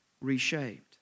reshaped